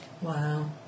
Wow